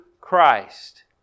Christ